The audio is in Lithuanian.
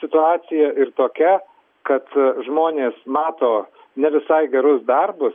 situacija ir tokia kad žmonės mato ne visai gerus darbus